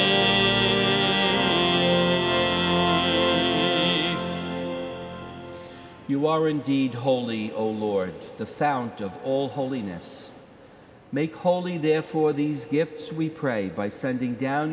see you are indeed holy a lord's the sounds of all holiness make holy therefore these gifts we pray by sending down